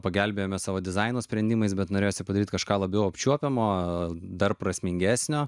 pagelbėjome savo dizaino sprendimais bet norėjosi padaryti kažką labiau apčiuopiamo dar prasmingesnio